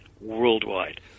worldwide